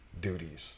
duties